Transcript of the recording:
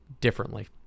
differently